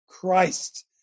Christ